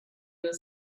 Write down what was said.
your